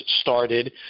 started